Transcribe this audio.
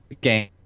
game